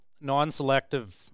non-selective